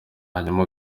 hanyuma